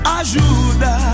ajuda